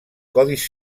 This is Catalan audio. codis